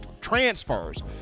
transfers